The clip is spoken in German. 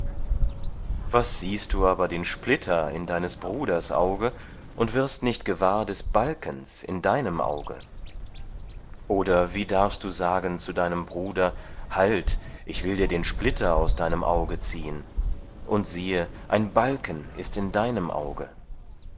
was siehst du aber den splitter in deines bruders auge und wirst nicht gewahr des balkens in deinem auge oder wie darfst du sagen zu deinem bruder halt ich will dir den splitter aus deinem auge ziehen und siehe ein balken ist in deinem auge